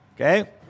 Okay